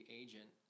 agent